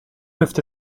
peuvent